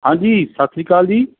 ਹਾਂਜੀ ਸਤਿ ਸ਼੍ਰੀ ਅਕਾਲ ਜੀ